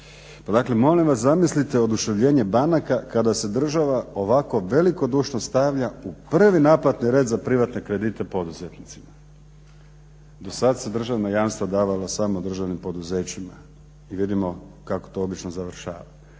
dakle molim vas zamislite oduševljenje banaka kada se država ovako velikodušno stavlja u prvi naplatni red za privatne kredite poduzetnicima. Do sada su se državna jamstva davala samo državnim poduzećima i vidimo kako to obično završava,